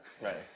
Right